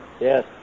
Yes